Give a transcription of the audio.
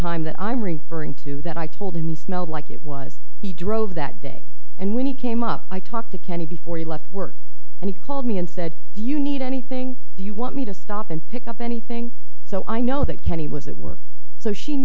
time that i'm referring to that i told him it smelled like it was he drove that day and when he came up i talked to kenny before he left work and he called me and said do you need anything do you want me to stop and pick up anything so i know that kenny was at work so she